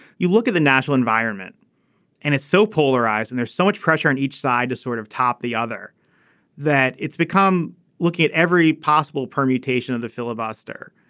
you look at the national environment and is so polarized and there's so much pressure on each side to sort of top the other that it's become looking at every possible permutation of the filibuster.